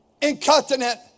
Incontinent